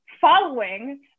following